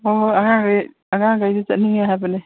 ꯍꯣꯏ ꯍꯣꯏ ꯑꯉꯥꯡꯒꯩꯁꯨ ꯆꯠꯅꯤꯡꯉꯦ ꯍꯥꯏꯕꯅꯦ